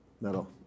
metal